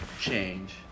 change